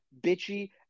bitchy